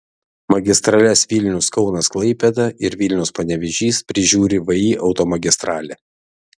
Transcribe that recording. magistrales vilnius kaunas klaipėda ir vilnius panevėžys prižiūri vį automagistralė